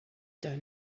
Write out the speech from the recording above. done